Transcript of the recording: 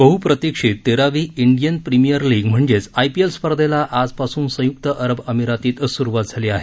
बहु प्रतिक्षित तेरावी इंडियन प्रिमिअर लीग म्हणजेच आयपीएल स्पर्धेला आजपासून संयुक्त अरब अमिरातीत सुरुवात होणार आहे